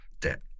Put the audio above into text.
debt